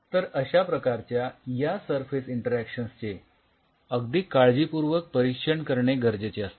तर अश्या प्रकारच्या या सरफेस इंटरॅक्शन्स चे अगदी काळजीपूर्वक परीक्षण करणे गरजेचे असते